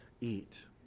eat